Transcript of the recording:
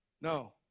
No